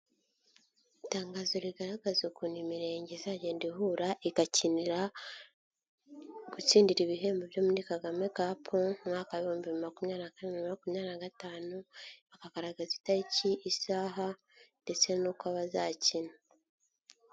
Itangazo rigaragaza ukuntu imirenge izagenda ihura igakinira gutsindira ibihembo byo muri kagame kapu umwaka w'ibihumbi bibiri makumyabiri na kane bibiri na makumyabiri na gatanu bakagaragaza itariki isaha ndetse n'uko aba bazakina.